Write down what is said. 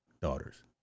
daughters